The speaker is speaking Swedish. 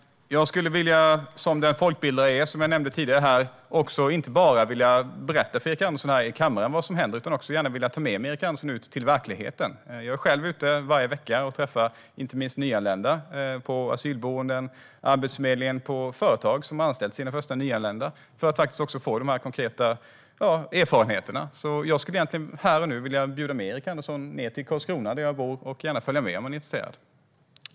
Som den folkbildare jag är, som jag nämnde här tidigare, skulle jag vilja inte bara berätta för Erik Andersson här i kammaren vad som händer utan också gärna ta med honom ut till verkligheten. Jag är varje vecka ute och träffar inte minst nyanlända på asylboenden, på Arbetsförmedlingen och på företag som har anställt sina första nyanlända. Det gör jag för att få dessa konkreta erfarenheter. Därför skulle jag här och nu vilja bjuda med Erik Andersson ned till Karlskrona, där jag bor. Han får gärna följa med om han är intresserad.